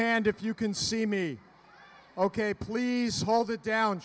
hand if you can see me ok please hold it down